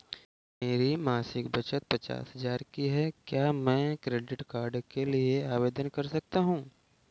मेरी मासिक बचत पचास हजार की है क्या मैं क्रेडिट कार्ड के लिए आवेदन कर सकता हूँ?